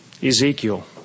Ezekiel